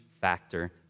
factor